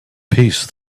peace